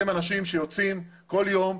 אתם אנשים שיוצאים כל יום,